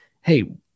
Hey